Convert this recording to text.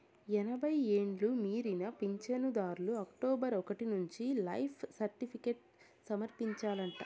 ఎనభై ఎండ్లు మీరిన పించనుదార్లు అక్టోబరు ఒకటి నుంచి లైఫ్ సర్టిఫికేట్లు సమర్పించాలంట